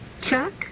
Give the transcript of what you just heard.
Chuck